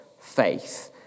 faith